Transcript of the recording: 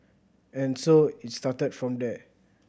and so it started from there